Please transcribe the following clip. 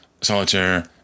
Solitaire